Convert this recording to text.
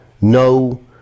no